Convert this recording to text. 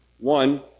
One